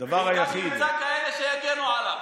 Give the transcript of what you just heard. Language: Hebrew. ועוד ימצא כאלה שיגנו עליו.